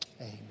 amen